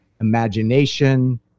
imagination